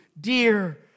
dear